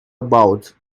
about